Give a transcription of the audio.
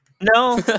No